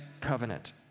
covenant